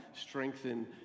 strengthen